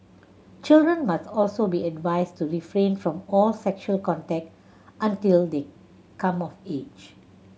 children must also be advised to refrain from all sexual contact until they come of age